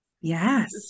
yes